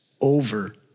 over